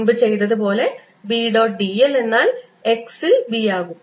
മുൻപ് ചെയ്തതു പോലെ B dot dl എന്നാൽ x ൽ B ആകും